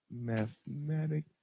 Mathematic